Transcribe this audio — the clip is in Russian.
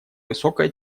высокая